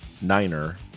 niner